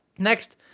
Next